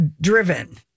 driven